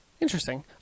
Interesting